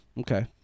Okay